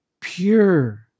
pure